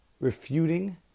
refuting